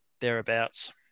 thereabouts